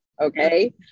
Okay